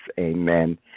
Amen